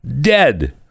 dead